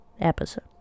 episode